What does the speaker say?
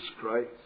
Christ